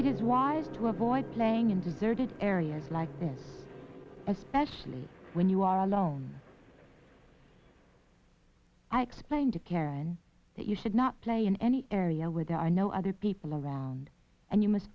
it is wise to avoid playing in deserted areas like this especially when you are alone i explained to karen that you should not play in any area where there are no other people around and you must